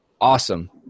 awesome